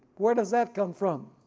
where does that come from?